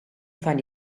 find